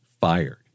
fired